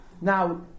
Now